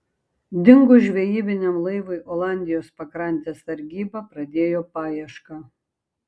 dingus žvejybiniam laivui olandijos pakrantės sargyba pradėjo paiešką